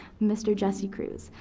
mr. jesse cruz,